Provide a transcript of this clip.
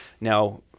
now